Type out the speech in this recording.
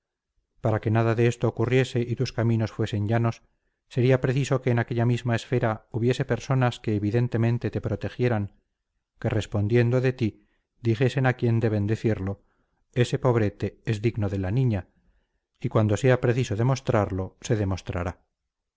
para que nada de esto ocurriese y tus caminos fuesen llanos sería preciso que en aquella misma esfera hubiese personas que evidentemente te protegieran que respondiendo de ti dijesen a quien deben decirlo ese pobrete es digno de la niña y cuando sea preciso demostrarlo se demostrará